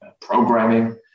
programming